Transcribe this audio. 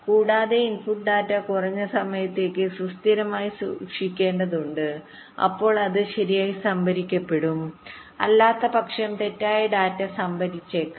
കൂടാതെ input data കുറഞ്ഞ സമയത്തേക്ക് സുസ്ഥിരമായി സൂക്ഷിക്കേണ്ടതുണ്ട് അപ്പോൾ അത് ശരിയായി സംഭരിക്കപ്പെടും അല്ലാത്തപക്ഷം തെറ്റായ ഡാറ്റ സംഭരിച്ചേക്കാം